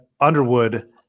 Underwood